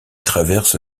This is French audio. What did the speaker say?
traversent